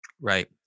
Right